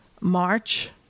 March